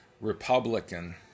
Republican